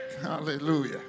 Hallelujah